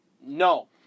no